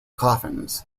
coffins